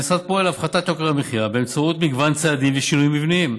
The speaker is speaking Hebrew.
המשרד פועל להפחתת יוקר המחיה באמצעות מגוון צעדים ושינויים מבניים.